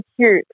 cute